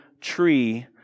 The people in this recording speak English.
tree